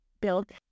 Build